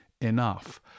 enough